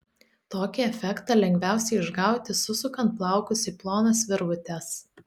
tokį efektą lengviausia išgauti susukant plaukus į plonas virvutes